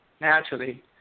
naturally